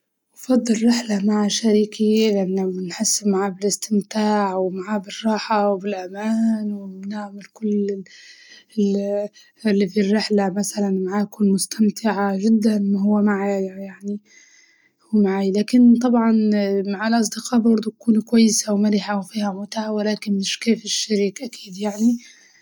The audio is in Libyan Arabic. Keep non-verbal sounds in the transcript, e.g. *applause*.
أفضل رحلة مع شريكي لأنه بنحس معاه بالاستمتاع ومعاه بالراحة، وبالأمان وبنعمل كل ال- اللي *hesitation* اللي في الرحلة مسلاً معاه أكون مستمتعة جداً وهو معايا يعني وهو معايا، لكن طبعاً مع الأصدقاء برضه تكون كويسة ومرحة وفيها متعة ولكن مش كيف الشريك أكيد يعني.